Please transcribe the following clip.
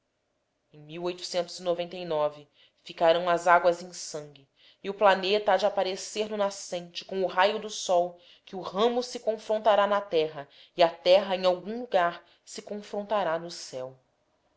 era a ficarão as aguas em sangue e o planeta hade apparecer no nascente com o raio do sol que o ramo se confrontará na terra e a terra em algum lugar se confrontará no céu